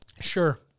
Sure